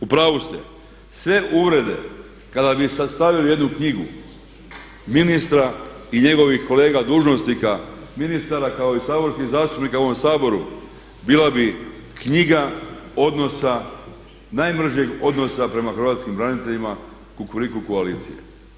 U pravu ste, sve uvrede kada bi sastavili jednu knjigu ministra i njegovih kolega dužnosnika, ministara kao i saborskih zastupnika u ovom Saboru bila bi knjiga odnosa, najmržeg odnosa prema hrvatskim braniteljima Kukuriku koalicije.